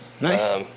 Nice